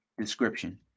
description